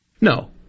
No